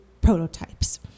prototypes